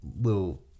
little